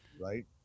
right